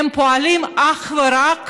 פועלים אך ורק